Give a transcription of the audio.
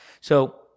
So-